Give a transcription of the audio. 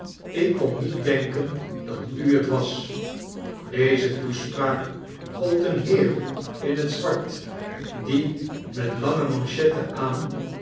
ik kon niet denfcen dat u het was deze toespraak gold een heer in t zwart die met lange manchetten aan